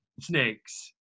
snakes